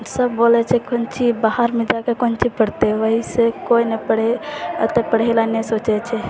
सब बोलै छै कोन चीज बाहरमे जाकऽ कोन चीज पढ़तै वहिसँ कोइ नै पढ़ि अते पढ़ैले नै सोचै छै